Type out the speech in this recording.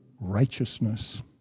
righteousness